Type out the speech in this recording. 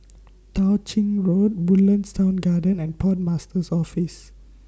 Tao Ching Road Woodlands Town Garden and Port Master's Office